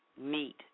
meet